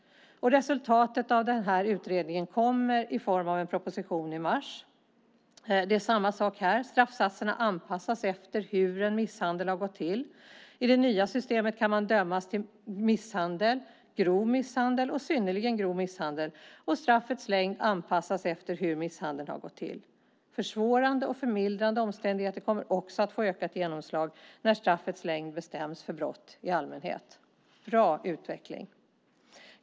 Resultatet av utredningen kommer i form av en proposition i mars. Straffsatserna anpassas också här efter hur en misshandel har gått till. I det nya systemet kan man dömas för misshandel, grov misshandel och synnerligen grov misshandel. Straffets längd anpassas efter hur misshandeln har gått till. Försvårande och förmildrande omständigheter kommer också att få ökat genomslag när straffets längd bestäms för brott i allmänhet. Det är en bra utveckling.